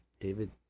David